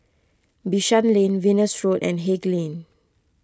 Bishan Lane Venus Road and Haig Lane